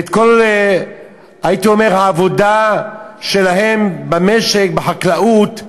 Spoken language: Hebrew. והייתי אומר את כל העבודה שלהם במשק, בחקלאות,